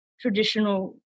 traditional